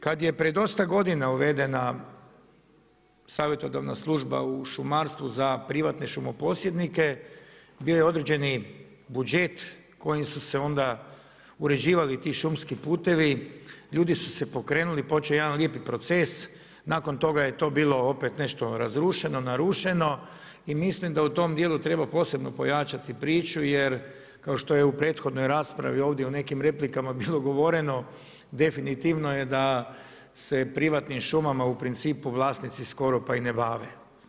Kad je pred dosta godina uvedena savjetodavna služba u šumarstvu za privatne šumoposjednike, bio je određeni budžet kojim su se onda uređivali ti šumski putevi, ljudi su se pokrenuli, počeo je jedan lijepi proces, nakon toga je to bilo opet nešto razrušeno, narušeno i mislim da u tom dijelu treba posebno pojačati priču, jer kao što je u prethodnoj raspravi ovdje u nekim replikama bilo govoreno, definitivno je da se privatnim šumama u principu vlasnici skoro pa i ne bave.